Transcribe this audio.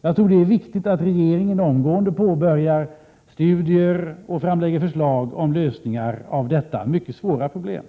Jag tror det är viktigt att regeringen omgående påbörjar studier och framlägger förslag om lösningar av detta i och för sig mycket svåra problem.